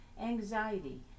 anxiety